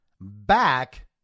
Back